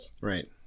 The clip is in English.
Right